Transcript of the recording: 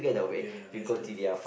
together that's good